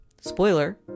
Spoiler